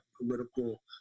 political